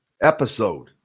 episode